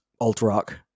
alt-rock